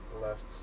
left